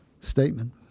statement